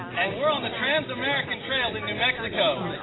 and we're on the trans america trail in new mexico.